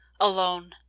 alone